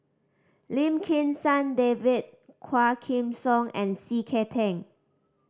Lim Kim San David Quah Kim Song and C K Tang